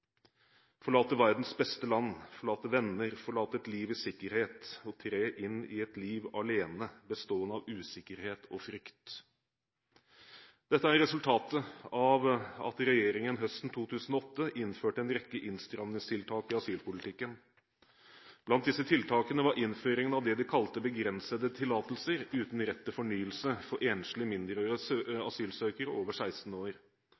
Forlate verdens beste land. Forlate venner. Forlate et liv i sikkerhet og tre inn i et liv alene, bestående av usikkerhet og frykt. Dette er resultatet av at regjeringen høsten 2008 innførte en rekke innstrammingstiltak i asylpolitikken. Blant disse tiltakene var innføringen av det de kalte begrensede tillatelser uten rett til fornyelse for enslige mindreårige asylsøkere over 16 år,